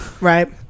right